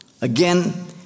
again